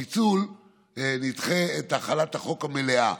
בפיצול נדחה את החלת החוק המלאה,